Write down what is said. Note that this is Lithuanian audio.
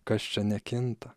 kas čia nekinta